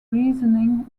reasoning